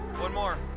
one more.